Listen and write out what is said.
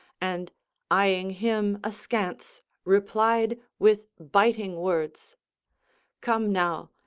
and eyeing him askance replied with biting words come now,